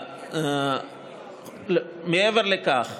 מעבר לכך,